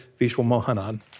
Vishwamohanan